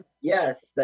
Yes